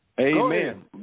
Amen